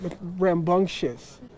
rambunctious